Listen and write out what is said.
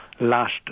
last